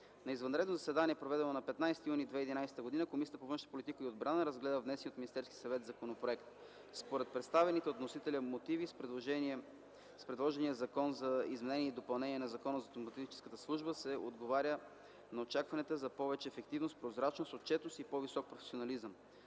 „На извънредно заседание, проведено на 15 юни 2011 г., Комисията по външна политика и отбрана разгледа внесения от Министерския съвет законопроект. Според представените от вносителя мотиви с предложения Законопроект за изменение и допълнение на Закона за дипломатическата служба се отговаря на очакванията за повече ефективност, прозрачност, отчетност и по-висок професионализъм.